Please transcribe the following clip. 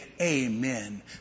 amen